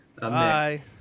Bye